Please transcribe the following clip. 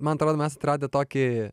man atrodo mes atradę tokį